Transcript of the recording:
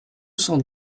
cent